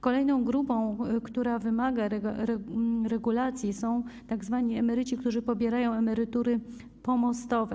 Kolejną grupą, która wymaga regulacji, są tzw. emeryci, którzy pobierają emerytury pomostowe.